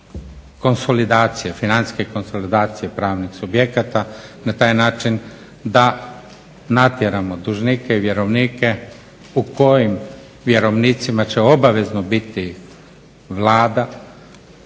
konsolidacije, financijske konsolidacije pravnih subjekata i na taj način da natjeramo dužnike i vjerovnike u kojim vjerovnicima će obavezno biti Vlada,